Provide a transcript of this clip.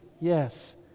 Yes